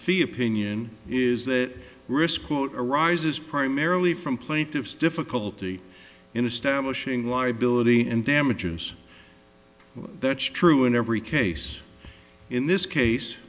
fee opinion is that risk quote arises primarily from plaintiff's difficulty in establishing liability and damages that's true in every case in this case